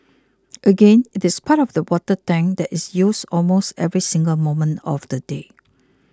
again it is part of the water tank that is used almost every single moment of the day